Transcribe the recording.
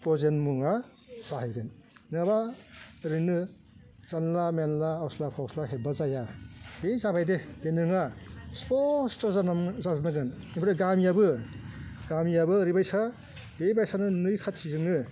गजेन मुङा जाहैगोन नङाबा ओरैनो जानला मेनला अस्ला फस्ला हेब्बा जाया दे जाबाय दे बे नङा स्पस्थ' जाजोबनांगोन ओमफ्राय गामियाबो गामियाबो ओरैबायसा बेबायसानो नै खाथिजोंनो